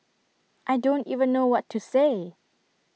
I don't even know what to say